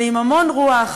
ועם המון רוח,